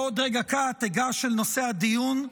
בעוד רגע קט אגש אל נושא הדיון.